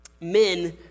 men